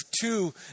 two